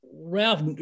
Ralph